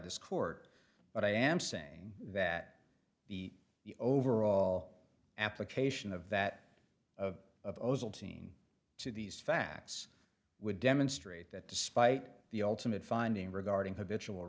this court but i am saying that the overall application of that of of ozil teen to these facts would demonstrate that despite the ultimate finding regarding habitual